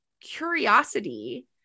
curiosity